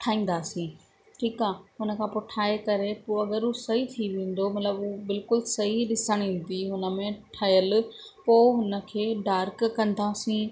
ठाहींदासीं ठीकु आहे हुनखां पोइ ठाहे करे पोइ अगरि हू सही थी वेंदो मतलबु हू बिल्कुलु सही ॾिसण ईंदी हुन में ठहियल पोइ हुनखे डार्क कंदासीं